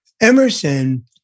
Emerson